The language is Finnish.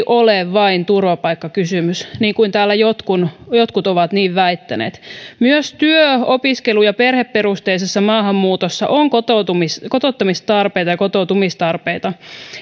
ole vain turvapaikkakysymys niin kun täällä jotkut ovat väittäneet myös työ opiskelu ja perheperusteisessa maahanmuutossa on kotouttamistarpeita ja kotoutumistarpeita